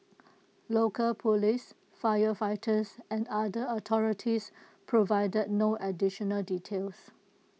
local Police firefighters and other authorities provided no additional details